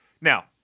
Now